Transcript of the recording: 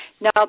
Now